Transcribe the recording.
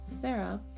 Sarah